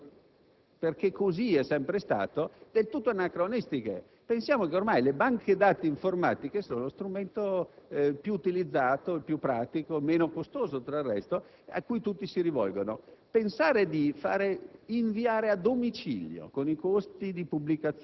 Si fanno delle pubblicazioni oggi - perché così è sempre stato - del tutto anacronistiche. Pensiamo ormai che le banche dati informatiche sono lo strumento più utilizzato, il più pratico e meno costoso, oltre al resto, a cui tutti si rivolgono.